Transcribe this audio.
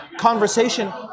conversation